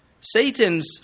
Satan's